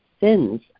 sins